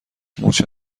مورچه